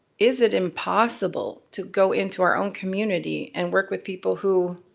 is it impossible to go into our own community and work with people who,